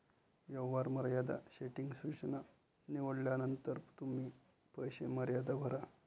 व्यवहार मर्यादा सेटिंग सूचना निवडल्यानंतर तुम्ही पैसे मर्यादा भरा